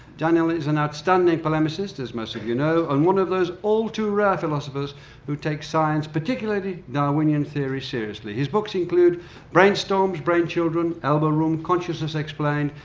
daniel is an outstanding polemicist, as most of you know, and one of those all-too-rare philosophers who takes science, particularly darwinian theory, seriously. his books include brainstorms, brainchildren, elbow room, consciousness explained,